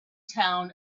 town